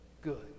good